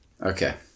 Okay